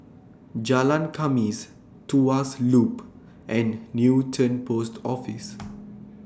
Jalan Khamis Tuas Loop and Newton Post Office